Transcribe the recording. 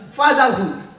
fatherhood